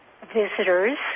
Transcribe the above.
visitors